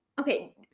okay